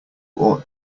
ought